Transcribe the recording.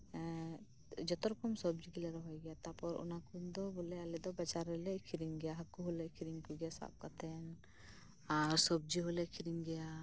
ᱮᱫ ᱡᱷᱚᱛᱚ ᱨᱚᱠᱚᱢ ᱥᱚᱵᱽᱡᱤ ᱜᱮᱞᱮ ᱨᱚᱦᱚᱭ ᱜᱮᱭᱟ ᱛᱟᱯᱚᱨ ᱚᱠᱟᱠᱚ ᱫᱚ ᱟᱞᱮᱫᱚ ᱵᱟᱡᱟᱨ ᱨᱮᱞᱮ ᱟᱹᱠᱷᱨᱤᱧ ᱜᱮᱭᱟ ᱦᱟᱠᱳ ᱦᱚᱞᱮ ᱟᱹᱠᱷᱨᱤᱧ ᱠᱚᱜᱮᱭᱟ ᱥᱟᱵ ᱠᱟᱛᱮᱫ ᱟᱨ ᱥᱚᱵᱽᱡᱤ ᱦᱚᱞᱮ ᱟᱹᱠᱷᱨᱤᱧ ᱜᱮᱭᱟ